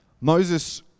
Moses